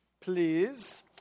please